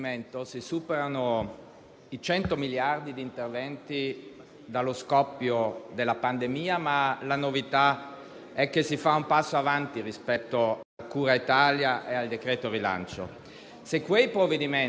Senza essere catastrofisti, l'aumento dei casi di contagio getta una pesante ombra sulla stagione invernale, per non parlare delle città d'arte che, senza il turismo straniero, sono praticamente al collasso.